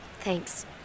Thanks